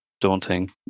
daunting